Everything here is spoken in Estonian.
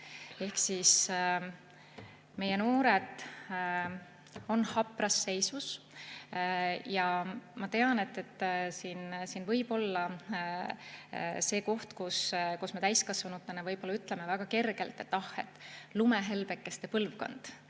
Ehk meie noored on hapras seisus. Ma tean, et siin võib olla see koht, kus me täiskasvanutena ütleme väga kergelt, et ah, lumehelbekeste põlvkond,